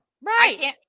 right